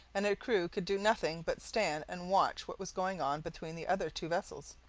and her crew could do nothing but stand and watch what was going on between the other two vessels.